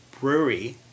brewery